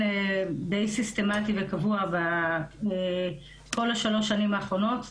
די סיסטמתי וקבוע בכל שלוש השנים האחרונות.